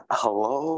hello